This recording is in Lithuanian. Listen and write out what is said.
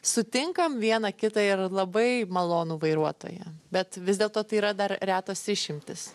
sutinkam vieną kitą ir labai malonų vairuotoją bet vis dėlto tai yra dar retos išimtys